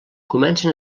comencen